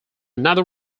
another